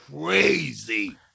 crazy